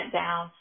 down